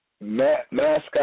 mascot